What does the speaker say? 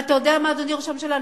ואתה יודע מה, אדוני ראש הממשלה?